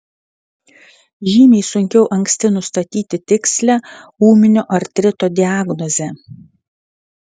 žymiai sunkiau anksti nustatyti tikslią ūminio artrito diagnozę